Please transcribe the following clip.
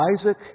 Isaac